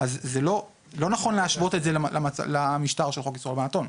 זה לא נכון להשוות את זה למשטר של חוק איסור הלבנת הון,